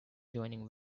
joining